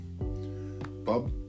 Bob